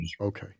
okay